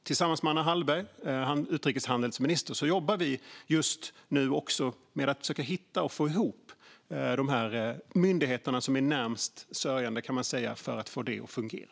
Tillsammans med Anna Hallberg, utrikeshandelsministern, jobbar vi just nu med att försöka hitta och få ihop de myndigheter som är närmast sörjande - kan man säga - för att få detta att fungera.